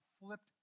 flipped